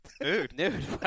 Nude